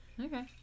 okay